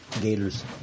Gators